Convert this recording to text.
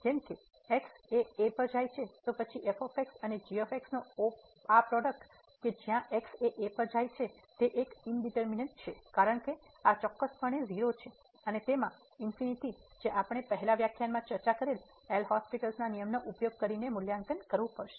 જેમ કે x એ a પર જાય છે તો પછી f અને g નો આ પ્રોડક્ટ કે જ્યાં x એ a પર જાય છે તે એક ઇનડીટરમીનેટ છે કારણ કે આ ચોક્કસપણે 0 છે અને તેમાં જે આપણે પહેલાના વ્યાખ્યાનમાં ચર્ચા કરેલ એલ'હોસ્પિટલL'hospital'sના નિયમનો ઉપયોગ કરીને મૂલ્યાંકન કરવું પડશે